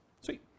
Sweet